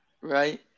Right